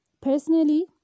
Personally